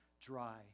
dry